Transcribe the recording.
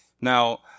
Now